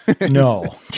No